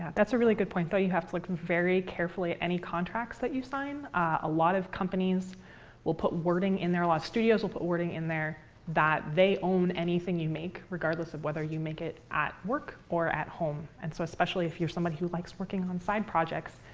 that's a really good point, though. you have to look very carefully at any contracts that you sign. a lot of companies will put wording in there, studios will put wording in there that they own anything you make regardless of whether you make it at work or at home. and so especially if you're someone who likes working on side projects,